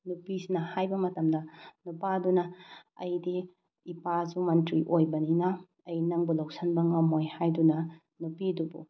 ꯅꯨꯄꯤꯁꯤꯅ ꯍꯥꯏꯕ ꯃꯇꯝꯗ ꯅꯨꯄꯥꯗꯨꯅ ꯑꯩꯗꯤ ꯏꯄꯥꯁꯨ ꯃꯟꯇ꯭ꯔꯤ ꯑꯣꯏꯕꯅꯤꯅ ꯑꯩ ꯅꯪꯕꯨ ꯂꯧꯁꯤꯟꯕ ꯉꯝꯃꯣꯏ ꯍꯥꯏꯗꯨꯅ ꯅꯨꯄꯤꯗꯨꯕꯨ